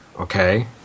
okay